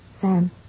Sam